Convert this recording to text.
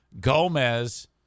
Gomez